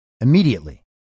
Immediately